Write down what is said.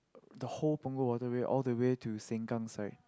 the whole Punggol-Waterway all the way to Sengkang side